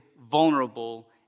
vulnerable